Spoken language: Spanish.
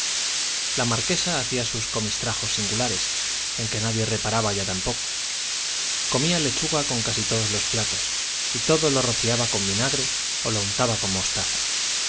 la marquesa hacía sus comistrajos singulares en que nadie reparaba ya tampoco comía lechuga con casi todos los platos y todo lo rociaba con vinagre o lo untaba con mostaza